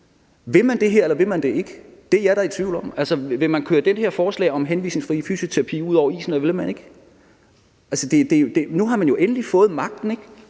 Vil man det her, eller vil man det ikke? Det er jeg da i tvivl om. Vil man køre dette forslag om henvisningsfri fysioterapi ud over isen, eller vil man ikke? Nu har man jo endelig fået magten, bakket